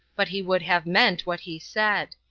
but he would have meant what he said.